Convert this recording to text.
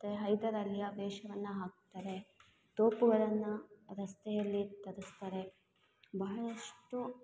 ಮತ್ತು ಹೈದರಾಲಿಯ ವೇಷವನ್ನು ಹಾಕ್ತಾರೆ ತೋಪುಗಳನ್ನು ರಸ್ತೆಯಲ್ಲಿ ತರಿಸ್ತಾರೆ ಬಹಳಷ್ಟು